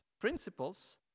principles